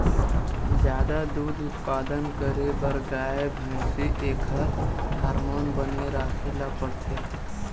जादा दूद उत्पादन करे बर गाय, भइसी एखर हारमोन बने राखे ल परथे